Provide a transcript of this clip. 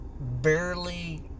barely